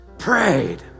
Prayed